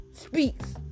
speaks